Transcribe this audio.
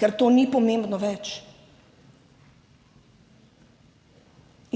ker to ni pomembno več.